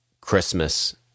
Christmas